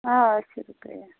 آ أسۍ چھِ رُقَیہ